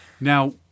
Now